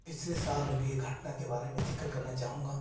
पिछले साल हुई एक घटना के बारे में जिक्र करना चाहूंगा